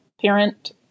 parent